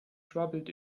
schwabbelt